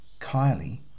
Kylie